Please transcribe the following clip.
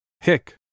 Hick